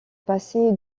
passer